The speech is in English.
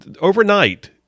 overnight